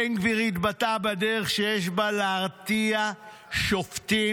בן גביר התבטא בדרך שיש בה להרתיע שופטים,